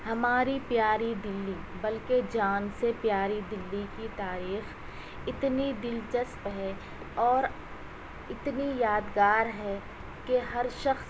ہماری پیاری دلی بلکہ جان سے پیاری دلی کی تاریخ اتنی دلچسپ ہے اور اتنی یادگار ہے کہ ہر شخص